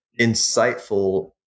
insightful